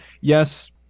Yes